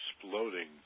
exploding